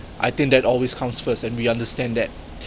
I think that always comes first and we understand that